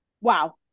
Wow